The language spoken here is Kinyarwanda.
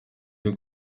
cyo